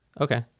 Okay